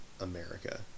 America